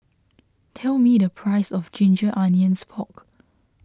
tell me the price of Ginger Onions Pork